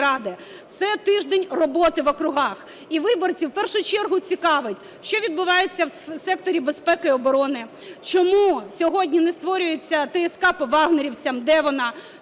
Це тиждень роботи в округах. І виборців в першу чергу, цікавить, що відбувається в секторі безпеки оборони? Чому сьогодні не створюється ТСК по "вагнерівцям", де вона?